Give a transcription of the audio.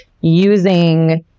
using